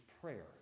prayer